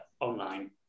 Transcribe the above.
online